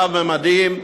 רב-ממדים,